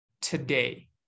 today